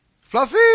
Fluffy